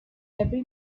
every